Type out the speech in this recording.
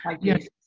Yes